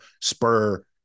spur